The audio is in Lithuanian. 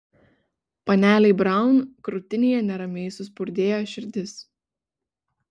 panelei braun krūtinėje neramiai suspurdėjo širdis